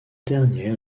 dernière